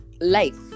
life